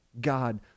God